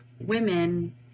women